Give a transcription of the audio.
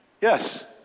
Yes